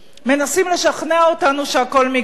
מנסים לשכנע אותנו שהכול מקרי.